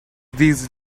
these